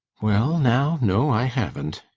well now, no, i haven't,